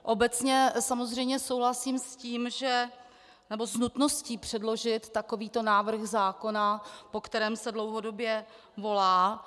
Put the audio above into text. Obecně samozřejmě souhlasím s nutností předložit takovýto návrh zákona, po kterém se dlouhodobě volá.